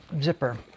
zipper